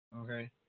okay